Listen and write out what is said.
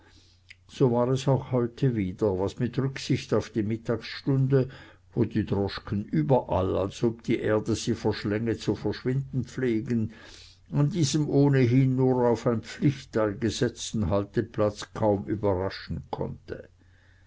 so war es auch heute wieder was mit rücksicht auf die mittagsstunde wo die droschken überall als ob die erde sie verschlänge zu verschwinden pflegen an diesem ohnehin nur auf ein pflichtteil gesetzten halteplatz kaum überraschen konnte